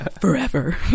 Forever